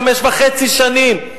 חמש וחצי שנים.